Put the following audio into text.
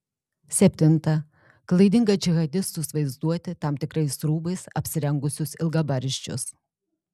septinta klaidinga džihadistus vaizduoti tam tikrais rūbais apsirengusius ilgabarzdžius